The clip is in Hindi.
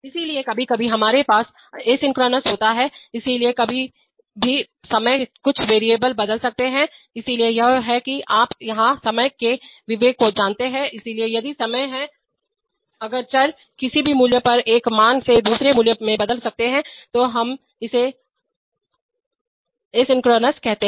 इसलिए कभी कभी हमारे पास एसिंक्रोनस होता है इसलिए किसी भी समय कुछ चर वेरिएबल बदल सकते हैं इसलिए यह है कि आप यहां समय के विवेक को जानते हैं इसलिए यदि समय है अगर चर वेरिएबल किसी भी मूल्य पर एक मान से दूसरे मूल्य में बदल सकते हैं तो हम इसे अतुल्यकालिक एसिंक्रोनस कहते हैं